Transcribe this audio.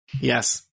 Yes